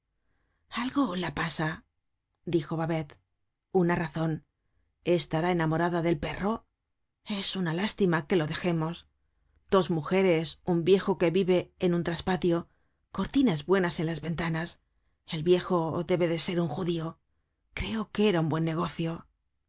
algo la pasa dijo babet una razon estará enamorada del perro es una lástima que lo dejemos dos mujeres un viejo que vive en un traspatio cortinas buenas en las ventanas el viejo debe ser un judío creo que era buen negocio pues